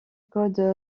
codes